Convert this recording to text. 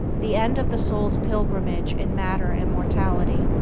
the end of the soul's pilgrimage in matter and mortality,